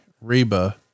Reba